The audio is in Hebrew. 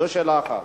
זו שאלה אחת.